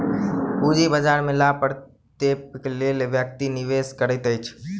पूंजी बाजार में लाभ प्राप्तिक लेल व्यक्ति निवेश करैत अछि